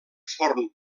forn